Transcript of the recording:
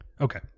Okay